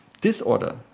disorder